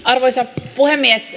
arvoisa puhemies